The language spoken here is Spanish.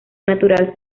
natural